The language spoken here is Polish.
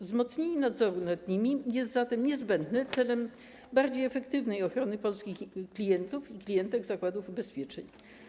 Wzmocnienie nadzoru nad nimi jest zatem niezbędne w celu bardziej efektywnej ochrony polskich klientów i klientek zakładów ubezpieczeń.